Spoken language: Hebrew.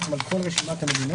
בעצם על כל רשימת המדינות,